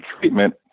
treatment